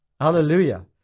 Hallelujah